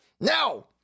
now